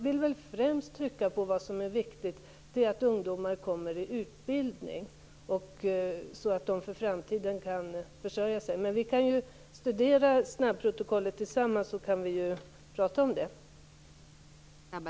Vad jag främst vill understryka som viktigt är att ungdomar kommer i utbildning, så att de kan försörja sig i framtiden. Vi kan tillsammans studera snabbprotokollet och prata om detta.